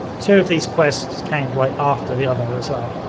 two of these quests came right after the other as well.